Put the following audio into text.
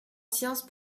science